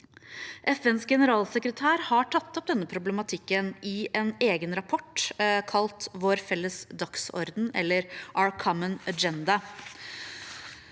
FNs generalsekretær har tatt opp denne problematikken i en egen rapport kalt Vår felles dagsorden, eller «Our Common Agenda».